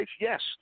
Yes